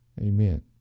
Amen